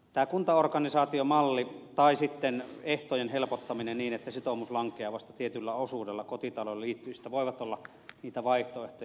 tämä kuntaorganisaatiomalli tai sitten ehtojen helpottaminen niin että sitoumus lankeaa vasta tietyllä osuudella kotitalouksien liittymistä voivat olla niitä vaihtoehtoja